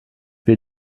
wie